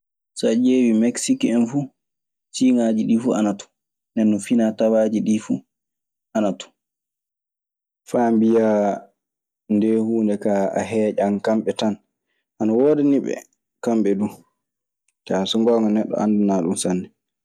So a ƴeewii meksik en fuu, siiŋaaji ɗii fuu ana ton. Nden non finaa tawaaji ɗii fuu ana ton. Faa mbiyaa ndee huunde kaa heeƴan kamɓe tan. Ana woodani ɓe kamɓe duu. Kaa, so ngoonga neɗɗo anndanaa ɗun sanne.